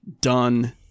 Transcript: done